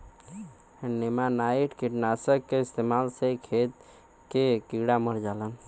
नेमानाइट कीटनाशक क इस्तेमाल से खेत के कीड़ा मर जालन